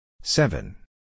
Seven